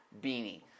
beanie